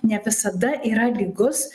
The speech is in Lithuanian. ne visada yra lygus